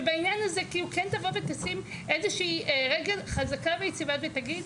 שבעניין הזה כאילו כן תבוא ותשים איזושהי רגל חזקה ויציבה ותגיד,